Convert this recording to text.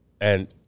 and-